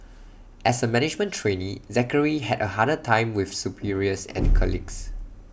as A management trainee Zachary had A harder time with superiors and colleagues